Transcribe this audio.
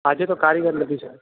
આજે તો કારીગર નથી સર